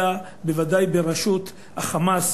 אלא בוודאי בראשות ה"חמאס",